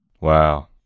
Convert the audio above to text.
Wow